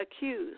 accused